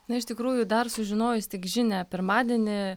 na iš tikrųjų dar sužinojus tik žinią pirmadienį